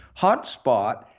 hotspot